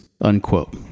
unquote